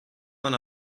man